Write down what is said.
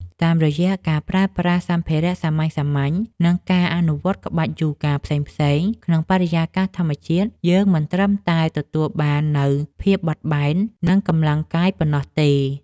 តាមរយៈការប្រើប្រាស់សម្ភារៈសាមញ្ញៗ និងការអនុវត្តក្បាច់យូហ្គាផ្សេងៗក្នុងបរិយាកាសធម្មជាតិ យើងមិនត្រឹមតែទទួលបាននូវភាពបត់បែន និងកម្លាំងកាយប៉ុណ្ណោះទេ។